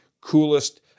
coolest